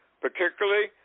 particularly